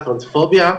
טרנספוביה,